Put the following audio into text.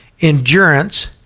endurance